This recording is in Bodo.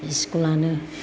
स्कुलानो